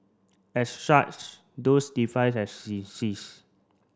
as such those device have seize